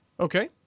Okay